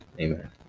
Amen